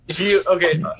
Okay